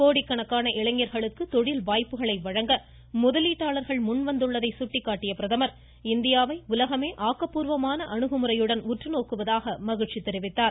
கோடிக்கணக்கான இளைஞர்களுக்கு தொழில் வாய்ப்புகளை வழங்க முதலீட்டாளர்கள் முன்வந்துள்ளதை சுட்டிக்காட்டிய பிரதமர் இந்தியாவை உலகமே ஆக்கப்பூர்வமான அணுகுமுறையுடன் உற்று நோக்குவதாக மகிழ்ச்சி தெரிவித்தார்